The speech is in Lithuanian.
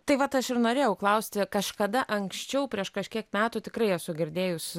tai vat aš ir norėjau klausti kažkada anksčiau prieš kažkiek metų tikrai esu girdėjus